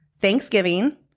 Thanksgiving